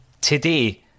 today